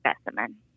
specimen